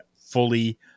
fully